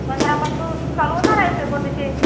पंधरापासून चालू होणार आहे पेपर त्याचे